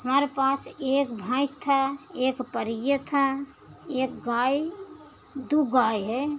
हमारे पास एक भैंस था एक पड़िया था एक गाय दो गाय है